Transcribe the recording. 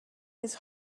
his